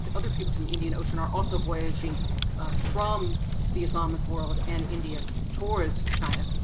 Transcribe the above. other peoples in the indian ocean are also voyaging from the islamic world and india towards china.